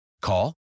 Call